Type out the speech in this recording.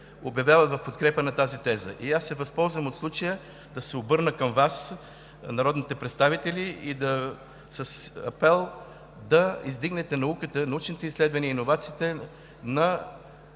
обявяват в подкрепа на тази теза. Аз се възползвам от случая да се обърна към Вас – народните представители, с апел да издигнете науката, научните изследвания, иновациите